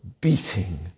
beating